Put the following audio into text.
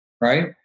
right